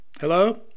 Hello